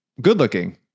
good-looking